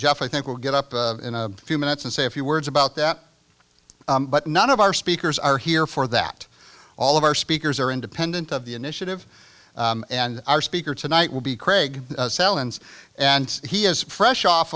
jeff i think we'll get up in a few minutes and say a few words about that but none of our speakers are here for that all of our speakers are independent of the initiative and our speaker tonight will be craig salans and he is fresh off